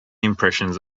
impressions